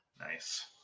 nice